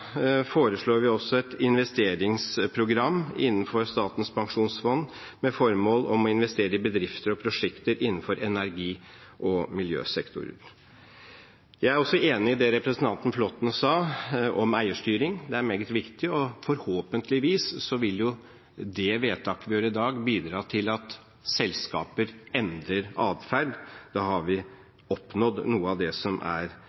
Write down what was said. foreslår vi også et investeringsprogram innenfor Statens pensjonsfond utland, med formål om å investere i bedrifter og prosjekter innenfor energi- og miljøsektorer. Jeg er enig i det som representanten Flåtten sa om eierstyring. Det er meget viktig, og forhåpentligvis vil det vedtaket vi gjør i dag, bidra til at selskaper endrer adferd. Da har vi oppnådd noe av det som er